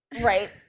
right